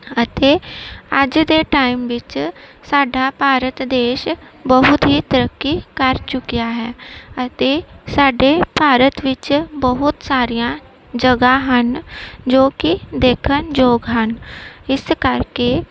ਅਤੇ ਅੱਜ ਦੇ ਟਾਈਮ ਵਿੱਚ ਸਾਡਾ ਭਾਰਤ ਦੇਸ਼ ਬਹੁਤ ਹੀ ਤਰੱਕੀ ਕਰ ਚੁੱਕਿਆ ਹੈ ਅਤੇ ਸਾਡੇ ਭਾਰਤ ਵਿੱਚ ਬਹੁਤ ਸਾਰੀਆਂ ਜਗ੍ਹਾ ਹਨ ਜੋ ਕਿ ਦੇਖਣ ਯੋਗ ਹਨ ਇਸ ਕਰਕੇ